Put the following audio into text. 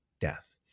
death